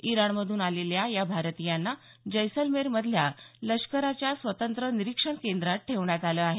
इराणमधून आलेल्या या भारतीयांना जैसलमेरमधल्या लष्कराच्या स्वतंत्र निरीक्षण केंद्रात ठेवण्यात आलं आहे